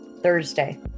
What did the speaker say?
Thursday